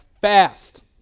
fast